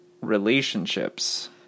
Relationships